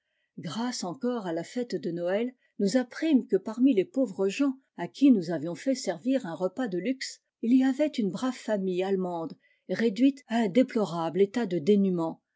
grâce encore à la fête de noël nous apprîmes que parmi les pauvres gens à qui nous avions fait servir un repas de luxe il y avait une brave famille allemande réduite à un déplorable état de dénûment